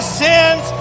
sins